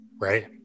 right